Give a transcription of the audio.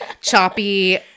choppy